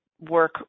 work